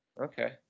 Okay